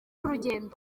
urugendo